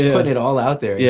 yeah put it all out there, yeah